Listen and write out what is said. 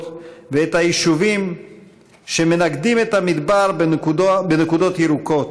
ואת היישובים שמנקדים את המדבר בנקודות ירוקות,